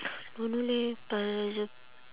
don't know leh palazzo